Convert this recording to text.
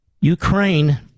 Ukraine